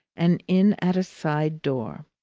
and in at a side door.